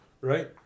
right